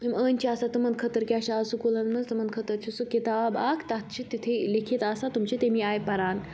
یِم أنۍ چھِ آسان تِمَن خٲطرٕ کیاہ چھِ آز سکوٗلَن منٛز تِمَن خٲطرٕ چھِ سُہ کِتاب اَکھ تَتھ چھِ تِتھُے لیٚکھِتھ آسان تِم چھِ تمے آیہِ پَران